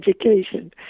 education